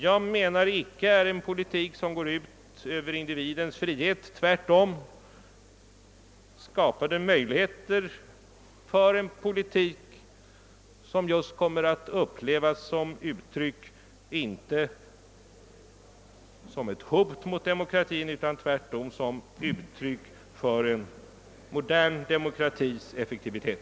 Detta går inte ut över individens frihet, utan tvärtom skapas möjligheter att föra en politik som kommer att upplevas inte som ett hot mot demokratin utan som ett uttryck för en modern demokratis effektivitet.